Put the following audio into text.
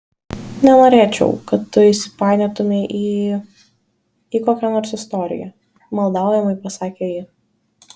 nenorėčiau kad tu įsipainiotumei į į kokią nors istoriją maldaujamai pasakė ji